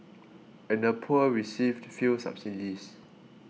and the poor received few subsidies